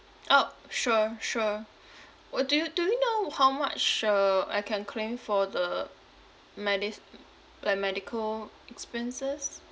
orh sure sure what do you do you know how much uh I can claim for the medis~ mm like medical expenses